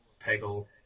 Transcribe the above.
Peggle